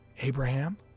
Abraham